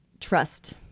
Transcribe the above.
trust